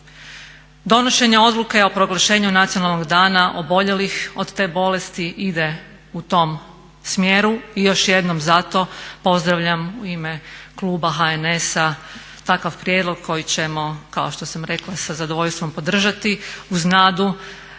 Donošenje Odluke o proglašenju Nacionalnog dana oboljelih od te bolesti ide u tom smjeru i još jednom zato pozdravljam u ime kluba HNS-a takav prijedlog koji ćemo kao što sam rekla sa zadovoljstvom podržati uz nadu